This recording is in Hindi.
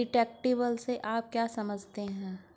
डिडक्टिबल से आप क्या समझते हैं?